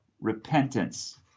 repentance